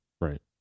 Right